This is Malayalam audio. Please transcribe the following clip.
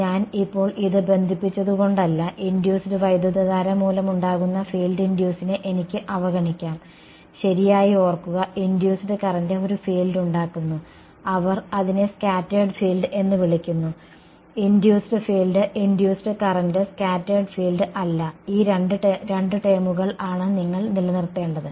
ഞാൻ ഇപ്പോൾ ഇത് ബന്ധിപ്പിച്ചതുകൊണ്ടല്ല ഇൻഡ്യൂസ് വൈദ്യുതധാര മൂലമുണ്ടാകുന്ന ഫീൽഡ് ഇൻഡ്യൂസിനെ എനിക്ക് അവഗണിക്കാം ശരിയായി ഓർക്കുക ഇൻഡ്യൂസ്ഡ് കറന്റ് ഒരു ഫീൽഡ് ഉണ്ടാക്കുന്നു അവർ അതിനെ സ്കാറ്റേർഡ് ഫീൽഡ് എന്ന് വിളിക്കുന്നു induced field induced current scattered field അല്ല ഈ രണ്ടു ടേമുകൾ ആണ് നിങ്ങൾ നിലനിർത്തേണ്ടത്